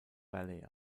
valley